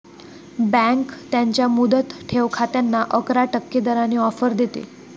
bank त्यांच्या मुदत ठेव खात्यांना अकरा टक्के दराने ऑफर देते